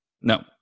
No